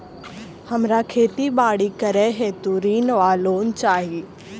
हमरा खेती बाड़ी करै हेतु ऋण वा लोन चाहि?